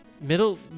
Middle